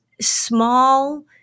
small